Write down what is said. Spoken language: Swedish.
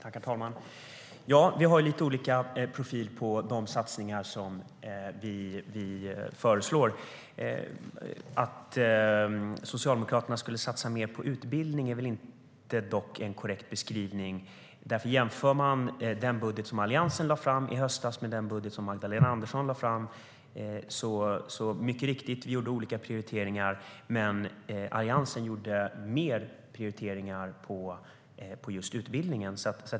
Herr talman! Ja, vi har lite olika profil på de satsningar som vi föreslår. Att Socialdemokraterna skulle satsa mer på utbildning är dock inte en korrekt beskrivning. Mycket riktigt gjordes det olika prioriteringar i den budget som Alliansen lade fram i höstas och i den budget som Magdalena Andersson lade fram, men Alliansen gjorde mer prioriteringar på just utbildning.